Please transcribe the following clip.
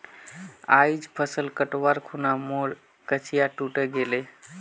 आइज फसल कटवार खूना मोर कचिया टूटे गेले